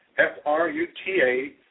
F-R-U-T-A